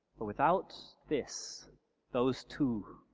but without this those two